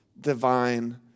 divine